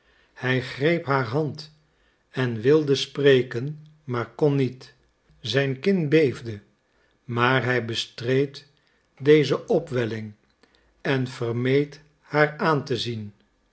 hij greep haar hand en wilde spreken maar kon niet zijn kin beefde maar hij bestreed deze opwelling en vermeed haar aan te zien